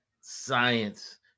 science